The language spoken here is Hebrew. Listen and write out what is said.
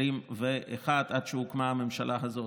עד שהוקמה הממשלה הזאת,